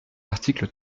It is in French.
l’article